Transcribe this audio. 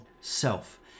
self